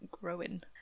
growing